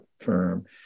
firm